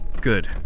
Good